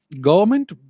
government